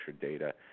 data